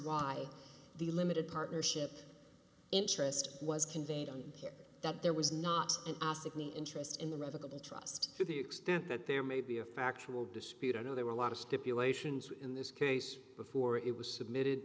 why the limited partnership interest was conveyed on here that there was not an acidly interest in the revocable trust to the extent that there may be a factual dispute i know there were a lot of stipulations in this case before it was submitted